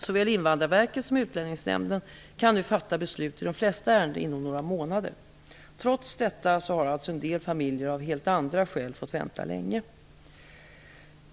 Såväl Invandrarverket som Utlänningsnämnden kan nu fatta beslut i de flesta ärenden inom några månader. Trots detta har alltså en del familjer av helt andra skäl fått vänta länge.